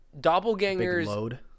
doppelgangers